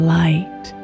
light